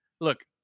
look